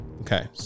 Okay